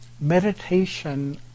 meditation